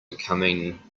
becoming